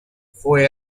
fue